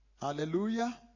Hallelujah